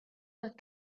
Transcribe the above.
that